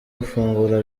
gufungura